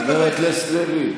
חבר הכנסת לוי,